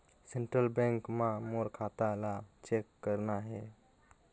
Central bank मां मोर खाता ला चेक करना हे?